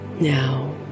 Now